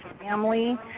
family